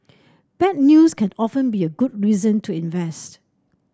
bad news can often be a good reason to invest